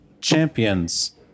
champions